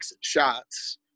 shots